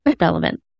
relevant